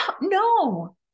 no